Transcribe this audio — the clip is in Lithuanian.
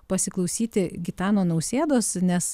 pasiklausyti gitano nausėdos nes